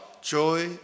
joy